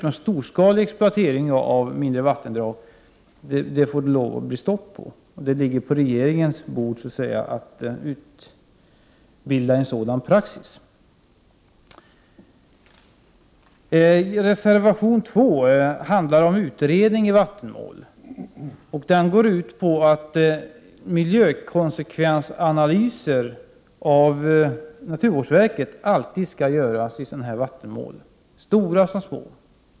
Men den storskaliga exploateringen av mindre vattendrag måste det bli stopp på. Det ligger på regeringens bord att utbilda en sådan praxis. Reservation 2 handlar om utredningen i vattenmål. Den går ut på att miljökonsekvensanalyser utförda av naturvårdsverket alltid skall göras i vattenmål — stora som små.